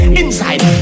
inside